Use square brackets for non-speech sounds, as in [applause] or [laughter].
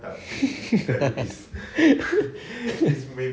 [laughs]